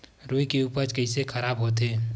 रुई के उपज कइसे खराब होथे?